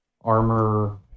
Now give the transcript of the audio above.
armor